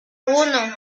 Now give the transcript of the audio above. uno